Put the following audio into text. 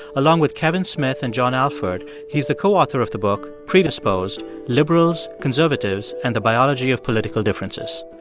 along with kevin smith and john alford, he is the co-author of the book, predisposed liberals, conservatives, and the biology of political differences.